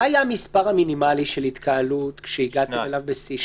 מה היה המספר המינימלי של התקהלות שהגעתם אליו בשיא?